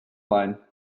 line